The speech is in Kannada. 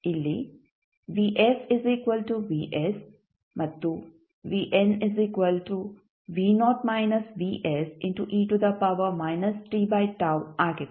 ಇಲ್ಲಿ ಮತ್ತು ಆಗಿದೆ